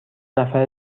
نفر